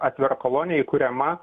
atvira kolonija įkuriama